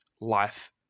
life